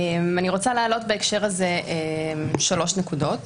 אני רוצה להעלות בהקשר הזה שלוש נקודות: